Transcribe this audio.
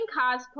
cosplay